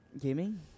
Gaming